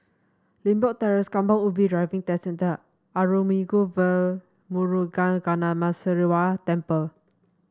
Limbok Terrace Kampong Ubi Driving Test Centre Arulmigu Velmurugan Gnanamuneeswarar Temple